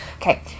Okay